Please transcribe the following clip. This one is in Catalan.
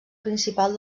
principal